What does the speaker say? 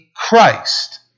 Christ